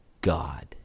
God